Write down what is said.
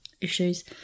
issues